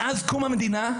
מאז קום המדינה,